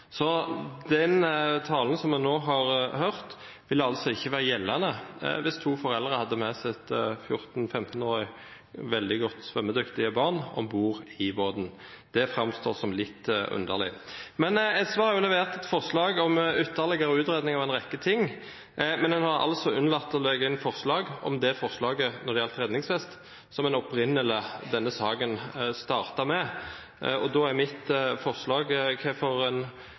Så den talen som vi nå har hørt, ville altså ikke være gjeldende hvis to foreldre hadde med sitt 14-15-årige barn, veldig godt svømmedyktig, om bord i båten. Det framstår som litt underlig. SV har levert et forslag om ytterligere utredning av en rekke ting, men en har altså unnlatt å legge inn forslag angående redningsvest, som denne saken opprinnelig startet med. Da er mitt spørsmål hvorfor SV støtter regjeringspartienes forslag,